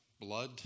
blood